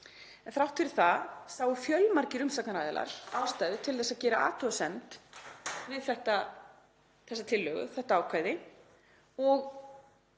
þrátt fyrir það sáu fjölmargir umsagnaraðilar ástæðu til að gera athugasemd við þessa tillögu, þetta ákvæði, og